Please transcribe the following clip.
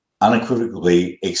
unequivocally